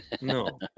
No